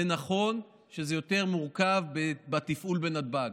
זה נכון שזה יותר מורכב לתפעול בנתב"ג,